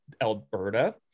Alberta